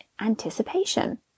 anticipation